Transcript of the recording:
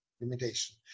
limitation